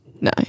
No